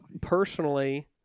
personally